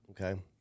okay